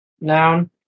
Noun